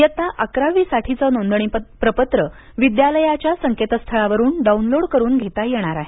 इयत्ता अकरावीसाठीचे नोंदणी प्रपत्र विद्यालयाच्या संकेतस्थळावरून डाऊनलोड करून घेता येणार आहेत